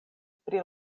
pri